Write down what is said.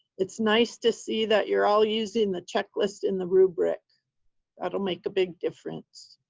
it's nice to see that you're all using the checklist and the rubric. that will make a big difference.